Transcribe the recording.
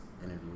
interview